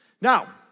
Now